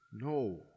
No